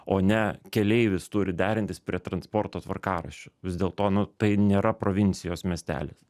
o ne keleivis turi derintis prie transporto tvarkaraščių vis dėlto nu tai nėra provincijos miestelis